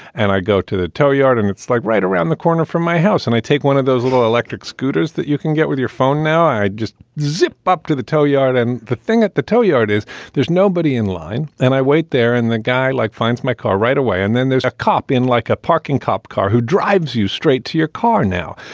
and i go to the tow yard and it's like right around the corner from my house. and i take one of those little electric scooters that you can get with your phone. now, i'd just zip up to the tow yard and the thing at the tow yard is there's nobody in line. and i wait there and the guy like finds my car right away. and then there's a cop in like a parking cop car who drives you straight to your car now.